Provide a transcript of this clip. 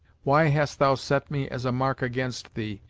why hast thou set me as a mark against thee,